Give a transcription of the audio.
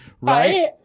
Right